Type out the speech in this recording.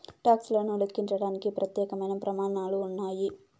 talks లను లెక్కించడానికి ప్రత్యేకమైన ప్రమాణాలు ఉన్నాయి